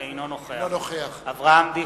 אינו נוכח אברהם דיכטר,